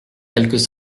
quelques